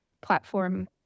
platform